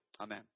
Amen